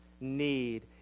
need